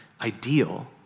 ideal